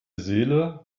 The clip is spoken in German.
seele